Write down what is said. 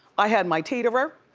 i had my teeterer